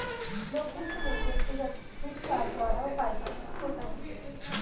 लोकतन्त्र में व्यक्तिगत वित्त का ज्यादा फायदा होता है